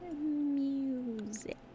Music